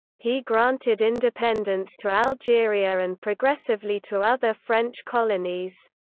he granted independence to algeria and progressively to other french colonies.